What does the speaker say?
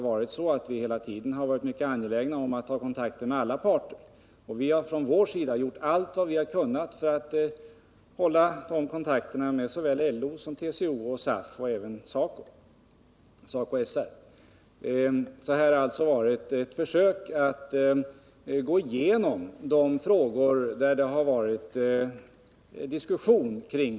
Vi har hela tiden varit mycket angelägna om att ta kontakt med alla parter. Vi har gjort allt vad vi har kunnat för att hålla kontakterna med såväl LO som TCO, SAF och även SACO-SR. Här har det alltså gjorts ett försök att gå igenom de delar av förslaget som det har varit diskussion omkring.